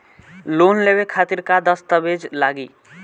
Loan लेवे खातिर का का दस्तावेज लागी?